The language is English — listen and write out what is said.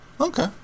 Okay